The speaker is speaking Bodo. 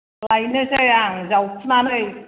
लायनोसै आं जावखुनानै